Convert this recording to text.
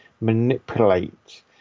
manipulate